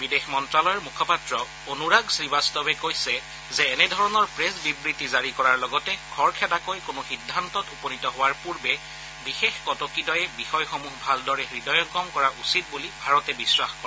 বিদেশ মন্ত্যালয়ৰ মুখপাত্ৰ অনুৰাগ শ্ৰীবাস্তৱে কৈছে যে এনেধৰণৰ প্ৰেছ বিবৃতি জাৰি কৰাৰ লগতে খৰখেদাকৈ কোনো সিদ্ধান্তত উপনীত হোৱাৰ পূৰ্বে বিশেষ কটকীদ্বয়ে বিষয়সমূহ ভালদৰে হৃদয়ংগম কৰা উচিত বুলি ভাৰতে বিশ্বাস কৰে